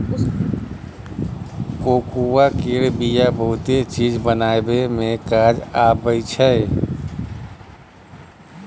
cocoa केर बिया बहुते चीज बनाबइ मे काज आबइ छै